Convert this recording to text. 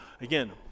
Again